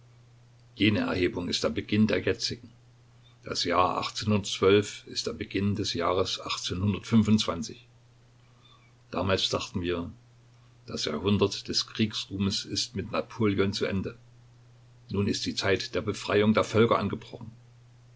jene erhebung ist der beginn der jetzigen das jahr ist der beginn des jahres damals dachten wir das jahrhundert des kriegsruhmes ist mit napoleon zu ende nun ist die zeit der befreiung der völker angebrochen